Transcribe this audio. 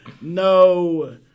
No